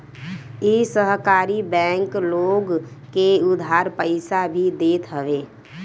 इ सहकारी बैंक लोग के उधार पईसा भी देत हवे